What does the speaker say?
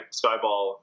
skyball